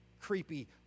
creepy